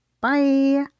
Bye